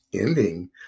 ending